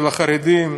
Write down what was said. של חרדים.